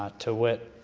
ah to wit,